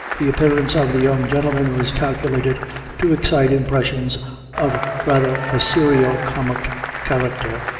the appearance of the young gentleman was calculated to excite impressions of rather a serio-comic character.